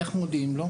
איך מודיעים לו?